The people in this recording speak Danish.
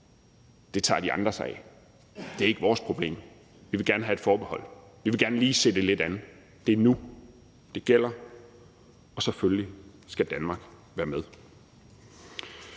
Det tager de andre sig af; det er ikke vores problem; vi vil gerne have et forbehold; vi vil gerne lige se det lidt an. Det er nu, det gælder. Og selvfølgelig skal Danmark være med.